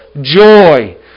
joy